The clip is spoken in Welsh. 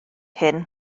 hyn